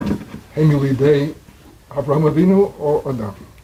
הם ילידי אברהם אבינו או אדם